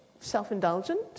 self-indulgent